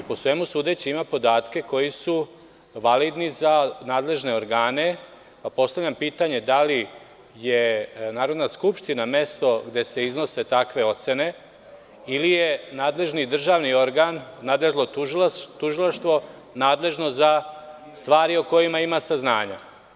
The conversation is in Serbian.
Po svemu sudeći ima podatke koji su validni za nadležne organe, pa postavljam pitanje – da li je Narodna skupština mesto gde se iznose takve ocene, ili je nadležni državni organ, nadležno tužilaštvo nadležno za stvari o kojima ima saznanja?